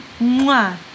mwah